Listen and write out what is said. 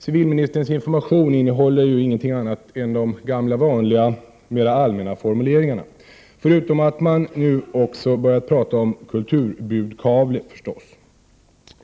Civilministerns information innehåller ju nämligen ingenting annat än de gamla vanliga, mer allmänna formuleringarna, förutom att man nu också börjat tala om en kulturbudkavle.